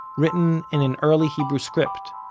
written in an early hebrew script.